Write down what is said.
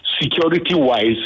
security-wise